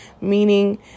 Meaning